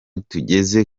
tugeze